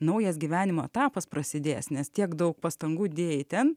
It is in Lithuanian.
naujas gyvenimo etapas prasidės nes tiek daug pastangų dėjai ten